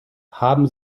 haben